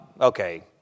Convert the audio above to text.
Okay